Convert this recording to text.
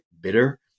bitter